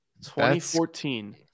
2014